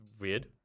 weird